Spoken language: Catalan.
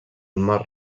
mar